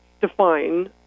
define